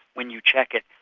when you check it,